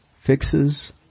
fixes